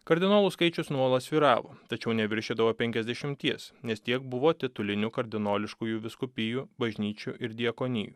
kardinolų skaičius nuolat svyravo tačiau neviršydavo penkiasdešimties nes tiek buvo titulinių kardinoliškųjų vyskupijų bažnyčių ir diakonijų